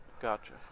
Gotcha